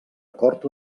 acord